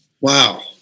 Wow